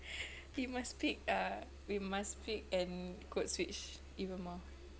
we must speak ah we must speak and codeswitch even more